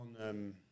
on